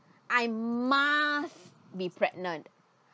I must be pregnant